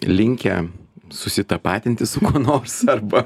linkę susitapatinti su kuo nors arba